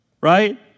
Right